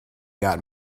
got